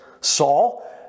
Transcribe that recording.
Saul